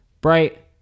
bright